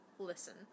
Listen